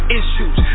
issues